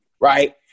right